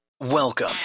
Welcome